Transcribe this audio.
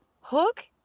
Hook